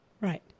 right